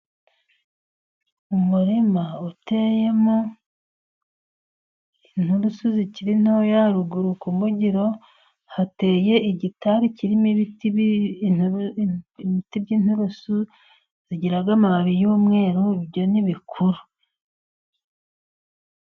Umurima uteyemo inturusu zikiri ntoya, haruguru ku mbugiro hateye igitari kirimo ibiti, ibiti by'inturusu zigira amababi y'umweru, byo ni bikuru.